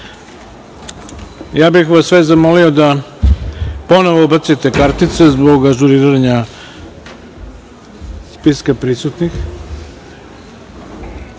bih vas sve zamolio da ponovo ubacite kartice zbog ažuriranja spiska